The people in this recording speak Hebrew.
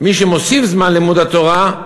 מי שמוסיף זמן לימוד התורה,